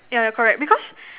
yeah correct because